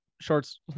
shorts